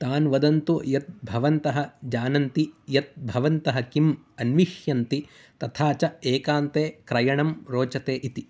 तान् वदन्तु यत् भवन्तः जानन्ति यत् भवन्तः किम् अन्विषन्ति तथा च एकान्ते क्रयणं रोचते इति